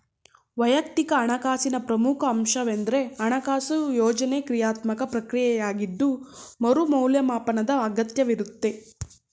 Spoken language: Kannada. ವೈಯಕ್ತಿಕ ಹಣಕಾಸಿನ ಪ್ರಮುಖ ಅಂಶವೆಂದ್ರೆ ಹಣಕಾಸು ಯೋಜ್ನೆ ಕ್ರಿಯಾತ್ಮಕ ಪ್ರಕ್ರಿಯೆಯಾಗಿದ್ದು ಮರು ಮೌಲ್ಯಮಾಪನದ ಅಗತ್ಯವಿರುತ್ತೆ